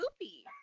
loopy